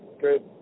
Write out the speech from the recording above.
Good